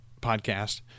podcast